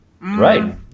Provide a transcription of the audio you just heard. right